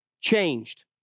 changed